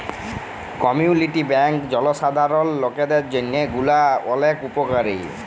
community bank জলসাধারল লকদের জন্হে গুলা ওলেক উপকারী